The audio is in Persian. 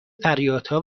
فریادها